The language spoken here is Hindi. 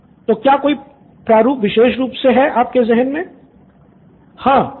स्टूडेंट 1 तो क्या कोई प्रारूप विशेष रूप से है आपके ज़हन मे